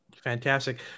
Fantastic